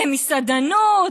למסעדנות,